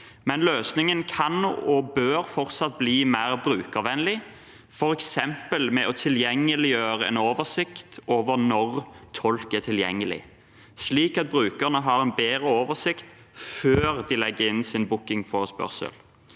Men løsningen kan og bør fortsatt bli mer brukervennlig, f.eks. med en oversikt over når tolk er tilgjengelig, slik at brukerne har bedre oversikt før de legger inn sin bookingforespørsel.